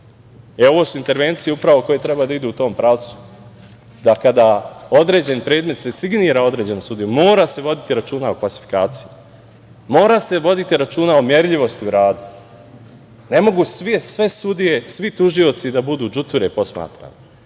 su intervencije upravo koje treba da idu u tom pravcu da, kada određeni predmet se signira određenom sudiji, se mora voditi računa o klasifikaciji, mora se voditi računa o merljivosti u radu. Ne mogu sve sudije, svi tužioci da budu đuture posmatrani.